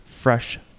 fresh